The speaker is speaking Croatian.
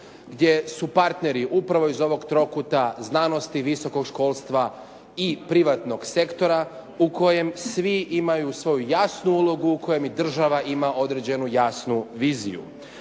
gdje su partneri upravo iz ovog trokuta znanosti, visokog školstva i privatnog sektora u kojem svi imaju svoju jasnu ulogu u kojem i država ima određenu jasnu viziju.